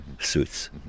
suits